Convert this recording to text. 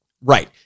Right